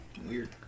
weird